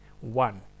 One